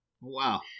wow